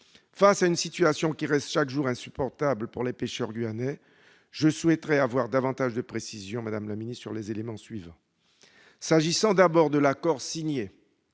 face à une situation qui reste chaque jour insupportable pour les pêcheurs guyanais, je souhaiterais avoir davantage de précisions, madame la ministre, sur les éléments suivants. S'agissant d'abord de l'accord signé